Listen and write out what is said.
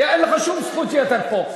אין לך שום זכות יתר פה.